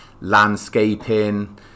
landscaping